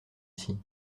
ici